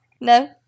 No